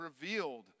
revealed